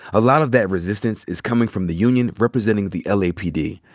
a lot of that resistance is coming from the union representing the l. a. p. d,